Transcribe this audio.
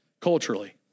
Culturally